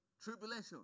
tribulation